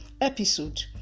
episode